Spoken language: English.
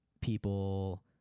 people